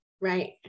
right